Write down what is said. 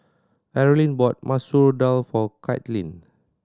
Arlyne bought Masoor Dal for Kaitlin